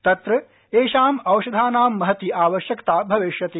तत्र एषां औषधानां महती आवश्यकता भविष्यति